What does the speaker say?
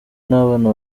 n’abana